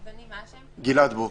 באגפים, גלבוע